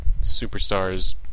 superstars